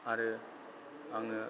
आरो आङो